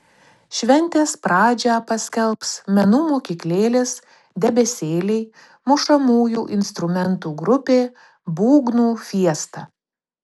šventės pradžią paskelbs menų mokyklėlės debesėliai mušamųjų instrumentų grupė būgnų fiesta